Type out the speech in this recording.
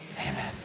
amen